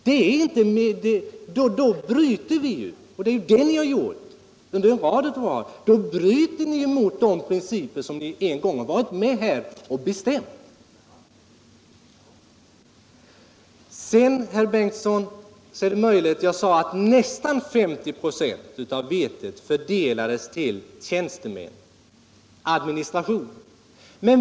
Då bryter ni ju — vilket ni gjort under en rad av år — mot de principer ni en gång varit med om att fastställa. Det är möjligt, herr Bengtson, att jag sade att nästan 50 96 av vetet fördelades till tjänstemän i administrationen.